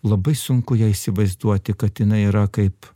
labai sunku ją įsivaizduoti kad jinai yra kaip